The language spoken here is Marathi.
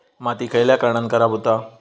माती खयल्या कारणान खराब हुता?